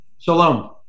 Shalom